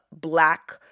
black